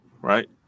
Right